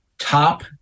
Top